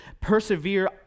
persevere